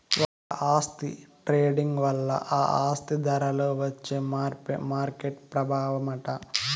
ఒక ఆస్తి ట్రేడింగ్ వల్ల ఆ ఆస్తి ధరలో వచ్చే మార్పే మార్కెట్ ప్రభావమట